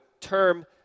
term